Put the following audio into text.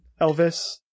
Elvis